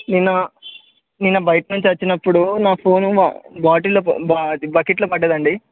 నిన్న నిన్న బయట నుంచి వచ్చినప్పుడు నా ఫోను బాటిల్లో అది బకెట్లో పడిందండి